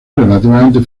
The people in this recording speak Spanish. relativamente